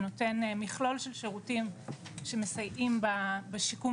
שנותן מכלול שירותים שמסייעים בשיקום